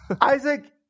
Isaac